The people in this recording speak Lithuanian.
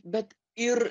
bet ir